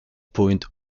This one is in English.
point